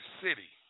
city